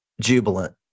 jubilant